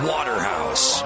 Waterhouse